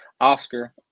Oscar